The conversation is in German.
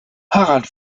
harald